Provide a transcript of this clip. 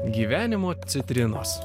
gyvenimo citrinos